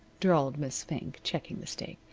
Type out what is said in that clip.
drawled miss fink, checking the steak,